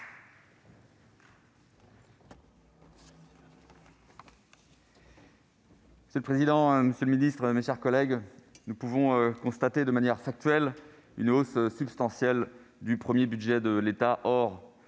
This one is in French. Monsieur le président, monsieur le ministre, mes chers collègues, nous constatons de manière factuelle une hausse substantielle du premier budget de l'État,